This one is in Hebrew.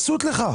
יש התייחסות לכך.